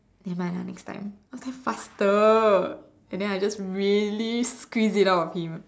never mind lah next time okay faster then I just really squeeze it out of him